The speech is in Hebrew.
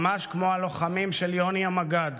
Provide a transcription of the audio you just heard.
ממש כמו הלוחמים של יוני המג"ד,